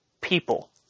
people